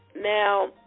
Now